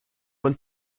when